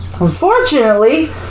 Unfortunately